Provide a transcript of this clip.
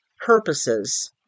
purposes